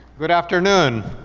good afternoon!